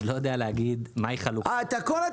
אתם מתכוונים